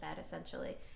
essentially